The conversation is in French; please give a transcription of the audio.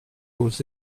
aux